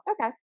Okay